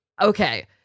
okay